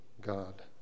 God